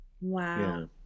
Wow